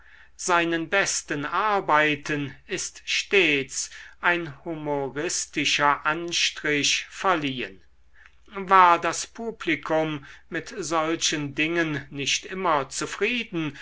seinen besten arbeiten ist stets ein humoristischer anstrich verliehen war das publikum mit solchen dingen nicht immer zufrieden